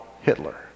Hitler